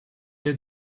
had